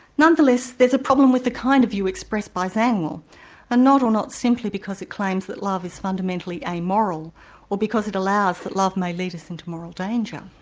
nonetheless there's a problem with the kind of view expressed by zangwill and not, or not simply, because it claims that love is fundamentally amoral or because it allows that love may lead us into moral danger.